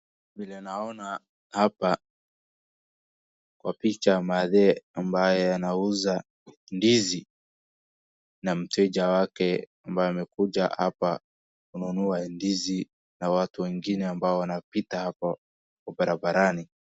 Vile naona hapa kwa picha mathe ambaye anauza ndizi na mteja wake ambaye amekuja hapa kununua ndizi na watu wengine ambao wanapita hapa kwa barabarani.